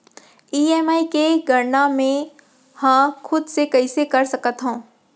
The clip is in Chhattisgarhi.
ई.एम.आई के गड़ना मैं हा खुद से कइसे कर सकत हव?